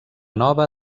nova